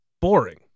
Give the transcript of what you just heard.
boring